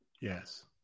Yes